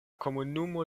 komunumo